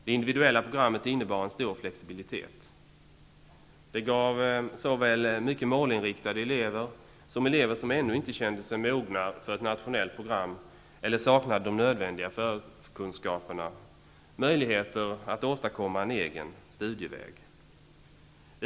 Det individuella programmet innebar en stor flexibilitet. Det gav såväl mycket målinriktade elever som elever som ännu inte kände sig mogna för ett nationellt program eller saknade de nödvändiga förkunskaperna möjlighet att åstadkomma en egen studieväg.